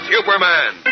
Superman